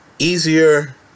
Easier